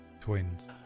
twins